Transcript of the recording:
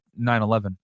9-11